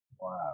Wow